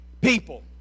people